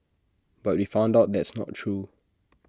but we found out that's not true